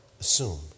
assume